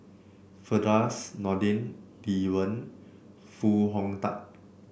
Firdaus Nordin Lee Wen Foo Hong Tatt